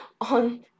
on